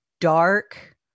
dark